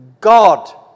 God